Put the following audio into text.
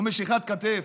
ומשיכת כתף.